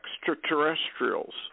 extraterrestrials